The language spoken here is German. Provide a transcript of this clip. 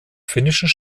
finnischen